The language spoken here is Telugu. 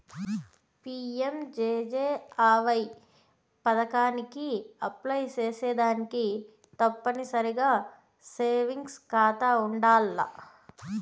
పి.యం.జే.జే.ఆ.వై పదకానికి అప్లై సేసేదానికి తప్పనిసరిగా సేవింగ్స్ కాతా ఉండాల్ల